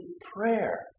prayer